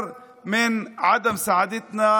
אני רוצה להגיד לציבור